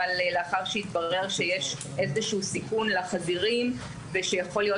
אבל לאחר שהתברר שיש איזה שהוא סיכון לחזירים ושיכול להיות